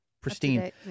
pristine